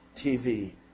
TV